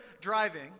driving